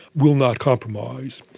will not compromise,